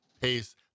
pace